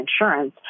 insurance